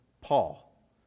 Paul